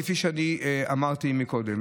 כפי שאמרתי קודם.